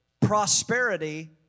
prosperity